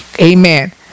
Amen